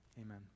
Amen